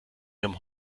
ihrem